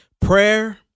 Prayer